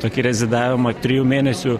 tokį rezidavimą trijų mėnesių